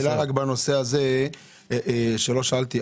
שאלה בנושא הזה שלא שאלתי,